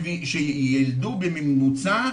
שילדו בממוצע,